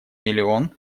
миллион